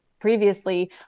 Previously